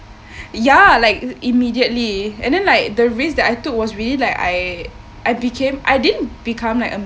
ya like immediately and then like the risk that I took was really like I I became I didn't become like a